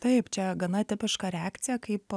taip čia gana tipiška reakcija kaip